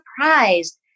surprised